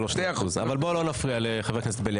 זה לא 2%. אבל בוא לא נפריע לחבר הכנסת בליאק.